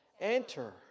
enter